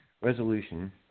resolution